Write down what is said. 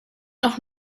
noch